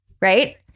right